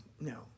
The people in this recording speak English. no